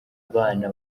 abana